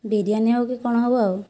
ବିରିୟାନୀ ହେଉ କି କଣ ହବ ଆଉ